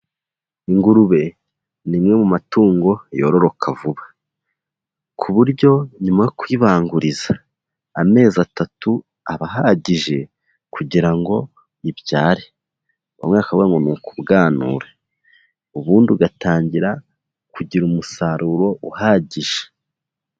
Ingurube ni imwe mu matungo yororoka vuba, ku buryo nyuma kuyibanguriza, amezi atatu aba ahagije kugira ngo ibyare, bamwe bakavuga ngo ni ukubwanura, ubundi ugatangira kugira umusaruro uhagije.